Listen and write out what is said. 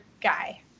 guy